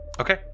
Okay